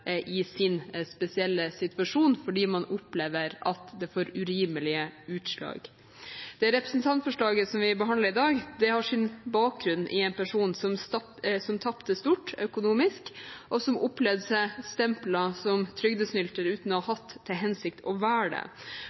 i sin spesielle situasjon fordi man opplever at det får urimelige utslag. Det representantforslaget som vi behandler i dag, har sin bakgrunn i en person som tapte stort økonomisk, og som opplevde seg stemplet som trygdesnylter uten å ha hatt til hensikt å være det.